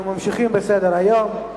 אנחנו ממשיכים בסדר-היום: